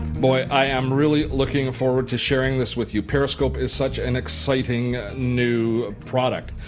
boy, i am really looking forward to sharing this with you. periscope is such an exciting, new product.